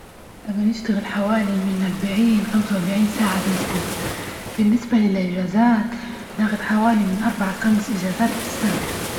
أنا بنشتغل حوالي من اربعين، لخمسة واربعين ساعة في الأسبوع، بالنسبة للإجازات ناخد حوالي من اربعة ل خمس إجازات في السنة.